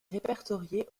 répertorié